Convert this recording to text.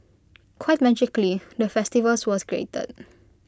quite magically the festivals was created